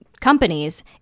Companies